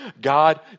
God